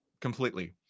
completely